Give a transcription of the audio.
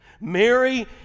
Mary